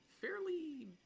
fairly